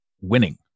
winning